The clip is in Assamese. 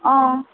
অঁ